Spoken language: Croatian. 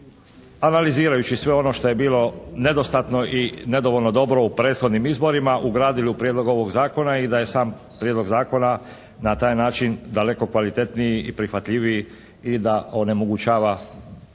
analizirajući sve ono što je bilo nedostatno i nedovoljno dobro u prethodnim izborima ugradili u prijedlog ovog zakona i da je sam prijedlog zakona na taj način daleko kvalitetniji i prihvatljivi i da onemogućava